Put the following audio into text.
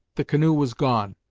the canoe was gone,